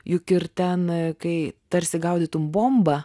juk ir ten kai tarsi gaudytum bombą